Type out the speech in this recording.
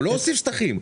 הוא לא הוסיף שטחים,